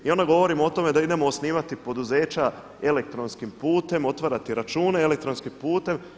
I onda govorimo o tome da idemo osnivati poduzeća elektronskim putem, otvarati račune elektronskim putem.